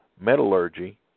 metallurgy